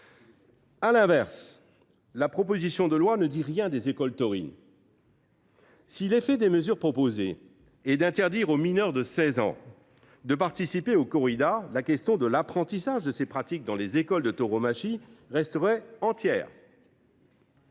À l’inverse, la proposition de loi ne dit rien des écoles taurines. Si l’effet des mesures proposées est d’interdire aux mineurs de 16 ans de participer aux corridas, la question de l’apprentissage de ces pratiques dans les écoles de tauromachie reste entière.